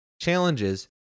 challenges